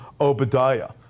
Obadiah